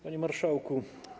Panie Marszałku!